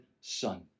Son